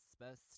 supposed